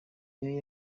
niyo